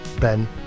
Ben